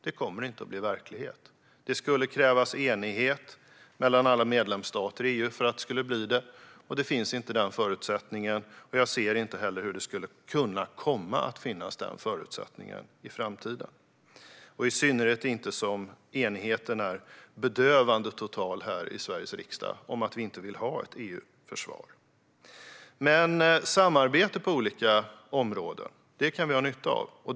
Det kommer inte att bli verklighet. Det skulle krävas enighet mellan alla medlemsstater i EU för att det skulle bli det, och den förutsättningen finns inte. Jag ser inte heller hur den förutsättningen skulle kunna komma att finnas i framtiden - i synnerhet inte som enigheten är bedövande total här i Sveriges riksdag om att vi inte vill ha ett EU-försvar. Men samarbete på olika områden kan vi ha nytta av.